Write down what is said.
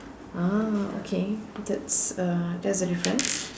uh okay that's uh that's a difference